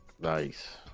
Nice